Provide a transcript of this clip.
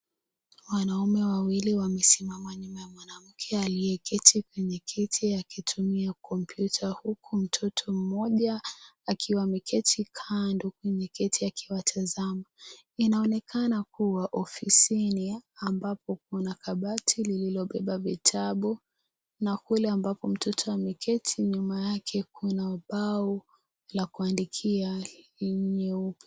Wanaume wawili wamesimama nyuma ya mwanamke aliyeketi kwenye kiti akitumia kompyuta huku mtoto mmoja akiwa ameketi kando kwenye kiti akiwatazama. Inaonekana kuwa ofisini ambapo Kuna kabati lililobeba vitabu na kule ambapo mtoto ameketi nyuma yake Kuna bao la kuandikia lenye